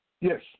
Yes